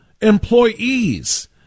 employees